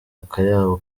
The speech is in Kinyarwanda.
akayabo